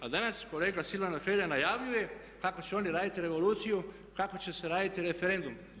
A danas kolega Silvano Hrelja najavljuje kako će oni raditi revoluciju, kako će se raditi referendum.